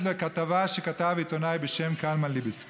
לכתבה שכתב עיתונאי בשם קלמן ליבסקינד.